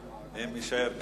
אם יישאר כאן.